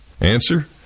Answer